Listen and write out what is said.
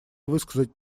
высказать